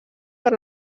per